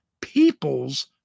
people's